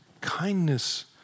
kindness